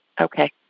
Okay